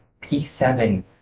P7